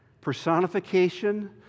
personification